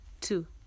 two